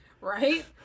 Right